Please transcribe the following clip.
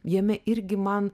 jame irgi man